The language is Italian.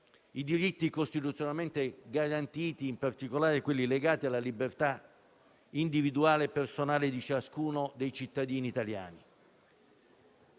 i diritti costituzionalmente garantiti, in particolare quelli legati alla libertà individuale e personale di ciascuno dei cittadini italiani.